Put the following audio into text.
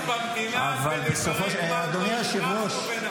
אבל --- אבי האומה יגן עלינו.